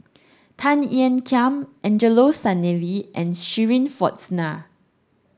Tan Ean Kiam Angelo Sanelli and Shirin Fozdar